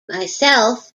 myself